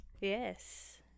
yes